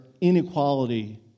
inequality